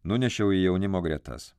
nunešiau į jaunimo gretas